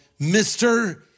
Mr